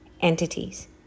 entities